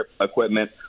equipment